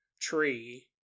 tree